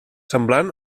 semblant